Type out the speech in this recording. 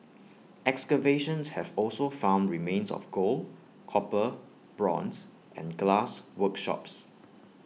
excavations have also found remains of gold copper bronze and glass workshops